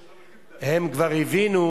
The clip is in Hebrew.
לדין.